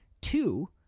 Two